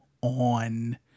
on